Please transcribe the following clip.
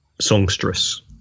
songstress